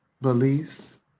beliefs